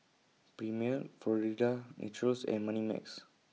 Premier Florida's Natural and Moneymax